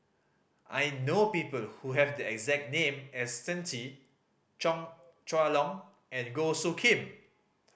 I know people who have the exact name as Shen Xi Chong Chua Long and Goh Soo Khim